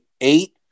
eight